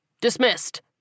Dismissed